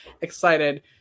excited